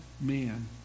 man